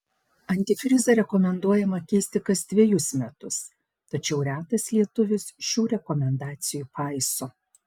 antifrizą rekomenduojama keisti kas dvejus metus tačiau retas lietuvis šių rekomendacijų paiso